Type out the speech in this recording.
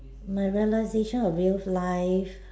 my realisation of real life